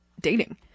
dating